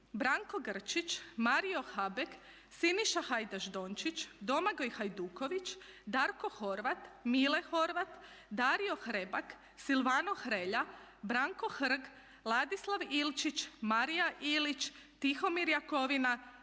Branko Grčić, Mario Habek, Siniša Hajdaš-Dončić, Domagoj Hajduković, Darko Horvat, Mile Horvat, Dario Hrebag, Silvano Hrelja, Branko Hrg, Ladislav Ilčić, Marija Ilić, Tihomir Jakovina,